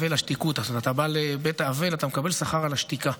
שתיקותא": כשאתה בא לבית האבל אתה מקבל שכר על השתיקה.